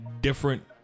different